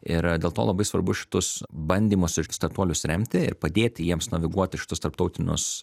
ir dėl to labai svarbu šitus bandymus iš startuolius remti ir padėti jiems naviguoti į šituos tarptautinius